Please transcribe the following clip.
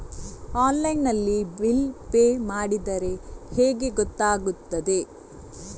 Online ನಲ್ಲಿ bill pay ಮಾಡಿದ್ರೆ ಹೇಗೆ ಗೊತ್ತಾಗುತ್ತದೆ?